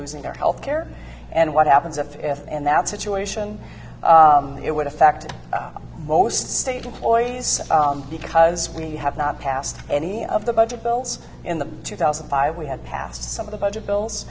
losing their health care and what happens if and that situation it would affect most state employees because we have not passed any of the budget bills in the two thousand and five we had passed some of the budget bills